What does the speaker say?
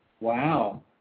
wow